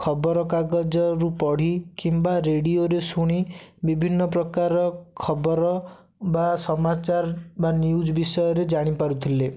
ଖବରକାଗଜରୁ ପଢ଼ି କିମ୍ବା ରେଡ଼ିଓରେ ଶୁଣି ବିଭିନ୍ନ ପ୍ରକାର ଖବର ବା ସମାଚାର ବା ନ୍ୟୁଜ୍ ବିଷୟରେ ଜାଣିପାରୁଥିଲେ